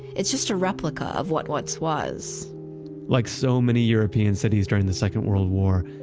it's just a replica of what once was like so many european cities during the second world war,